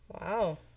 Wow